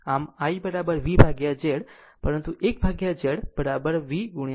હવેIV by Z પરંતુ 1 by Z YV હશે